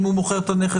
אם הוא מוכר את הנכס,